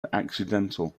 accidental